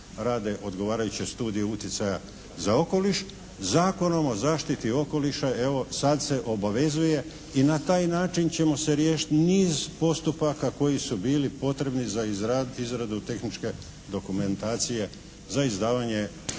rade odgovarajuće studije utjecaja za okoliš. Zakonom o zaštiti okoliša evo sad se obavezuje i na taj način ćemo se riješiti niz postupaka koji su bili potrebni za izradu tehničke dokumentacije za izdavanje